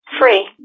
Free